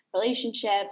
relationships